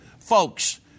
folks